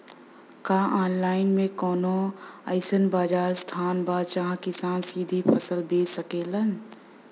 का आनलाइन मे कौनो अइसन बाजार स्थान बा जहाँ किसान सीधा फसल बेच सकेलन?